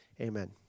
Amen